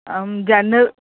अहं जाह्नवी